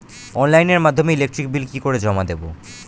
অনলাইনের মাধ্যমে electric bill কি করে জমা দেবো?